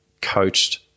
coached